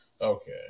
Okay